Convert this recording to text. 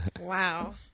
Wow